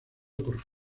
por